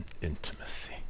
intimacy